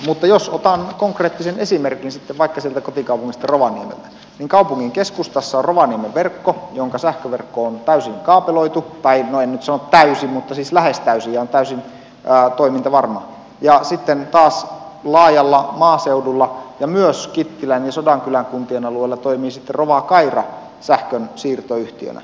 mutta jos otan konkreettisen esimerkin sitten vaikka sieltä kotikaupungistani rovaniemeltä niin kaupungin keskustassa on rovaniemen verkko jonka sähköverkko on täysin kaapeloitu tai en nyt sano täysin mutta siis lähes täysin ja on täysin toimintavarma ja sitten taas laajalla maaseudulla ja myös kittilän ja sodankylän kuntien alueella toimii rovakaira sähkönsiirtoyhtiönä